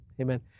amen